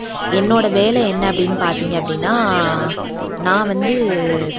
என்னோடய வேலை என்ன அப்படின் பார்த்தீங்க அப்படின்னா நான் வந்து